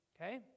Okay